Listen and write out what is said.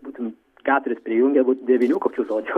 būtum keturis prijungę būtų devynių kokių žodžių